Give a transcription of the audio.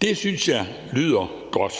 Det synes jeg lyder godt.